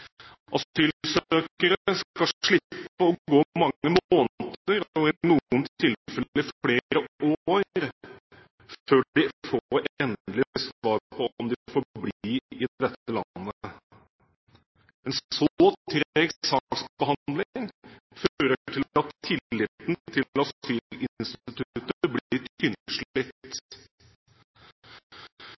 skal slippe å gå i mange måneder – og i noen tilfeller flere år – før de får endelig svar på om de får bli i dette landet. En så treg saksbehandling fører til at tilliten til asylinstituttet blir